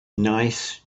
nice